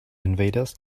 invaders